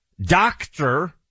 doctor